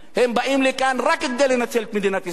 הם באים לכאן רק כדי לנצל את מדינת ישראל.